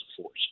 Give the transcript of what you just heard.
force